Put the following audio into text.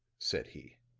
said he,